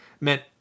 meant